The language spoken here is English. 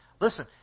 Listen